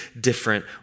different